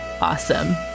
awesome